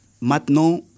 Maintenant